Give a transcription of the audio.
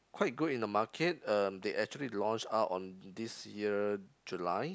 quite good in the market um they actually launch out on this year July